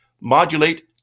modulate